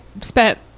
spent